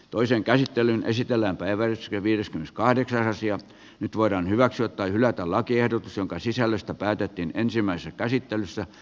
toisen käsittelyn esitellään päiväys ja viis kahdeksansia nyt voidaan hyväksyä tai hylätä lakiehdotus jonka sisällöstä päätettiin ensimmäisessä käsittelyssä